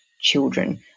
children